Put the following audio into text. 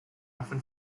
often